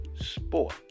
sport